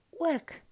work